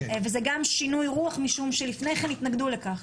וזה גם שינוי רוח משום שלפני כן התנגדו לכך.